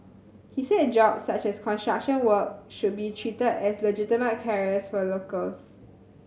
he said jobs such as construction work should be treated as legitimate careers for locals